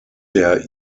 der